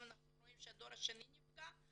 אנחנו גם רואים שהדור השני נפגע.